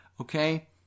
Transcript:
okay